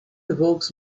evokes